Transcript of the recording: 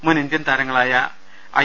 മുൻ ഇൻഡ്യൻ താരങ്ങളായ ഐ